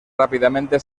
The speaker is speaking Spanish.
rápidamente